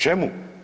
Čemu?